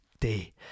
Day